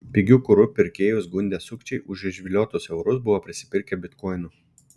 pigiu kuru pirkėjus gundę sukčiai už išviliotus eurus buvo prisipirkę bitkoinų